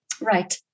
right